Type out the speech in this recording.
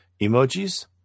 Emojis